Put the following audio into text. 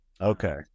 Okay